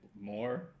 more